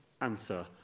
answer